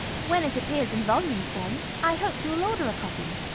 when it appears in volume form i hope you will order a copy.